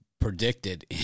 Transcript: predicted